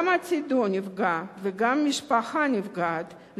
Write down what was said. גם עתידו נפגע וגם המשפחה נפגעת,